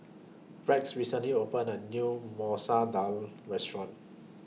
Rex recently opened A New Masoor Dal Restaurant